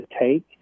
take